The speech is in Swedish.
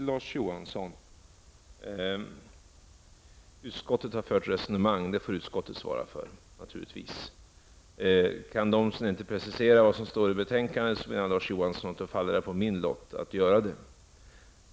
Herr talman! Först några ord till Larz Johansson. De resonemang som utskottet har fört får naturligtvis utskottet svara för. Kan utskottets företrädare inte precisera vad som står i betänkandet, menar Larz Johansson att det faller på min lott att göra det.